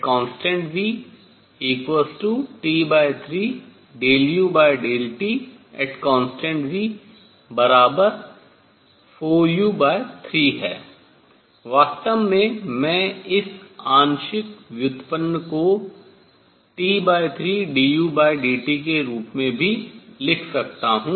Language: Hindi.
वास्तव में मैं इस आंशिक व्युत्पन्न को T3dudT के रूप में भी लिख सकता हूँ